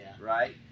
right